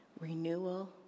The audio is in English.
renewal